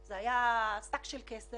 זה היה שק של כסף,